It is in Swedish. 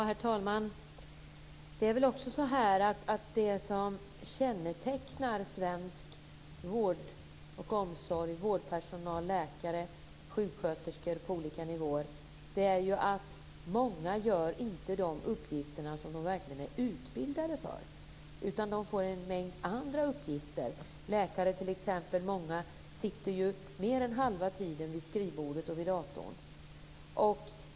Herr talman! Det som kännetecknar svensk vård och omsorg, vårdpersonal, läkare och sjuksköterskor på olika nivåer, är också att många inte gör de uppgifter som de verkligen är utbildade för. De får en mängd andra uppgifter. Många läkare sitter t.ex. mer än halva tiden vid skrivbordet och vid datorn.